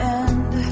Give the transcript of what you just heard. end